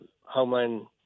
Homeland